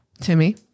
Timmy